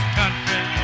country